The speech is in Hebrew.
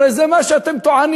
הרי זה מה שאתם טוענים,